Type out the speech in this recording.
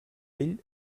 ell